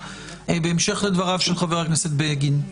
בהמשך לדבריו של חבר הכנסת בגין,